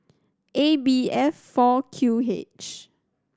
A B F four Q H